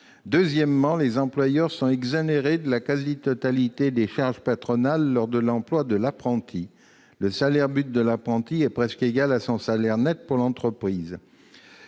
Deuxièmement, les employeurs sont exonérés de la quasi-totalité des charges patronales lors de l'emploi de l'apprenti : le salaire brut de l'apprenti est presque égal à son salaire net pour l'entreprise.